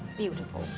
beautiful.